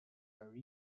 are